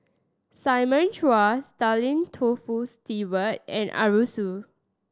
Simon Chua Stanley Toft Stewart and Arasu